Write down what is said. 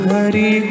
Hari